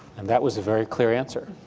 and that was a very clear answer.